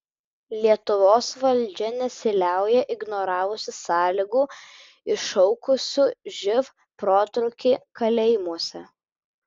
lietuvos valdžia nesiliauja ignoravusi sąlygų iššaukusių živ protrūkį kalėjimuose